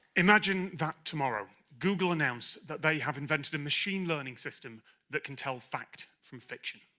imagine that tomorrow, google announced that they have invented a machine learning system that can tell fact from fiction,